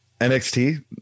NXT